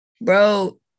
bro